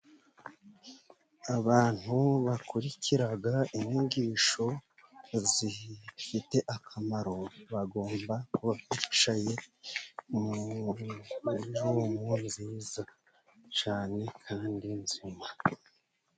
Abantu bakurikira inyigisho zifite akamaro, bagomba kuba bicaye, mu nzu nziza cyane, kandi nzima.